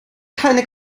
keine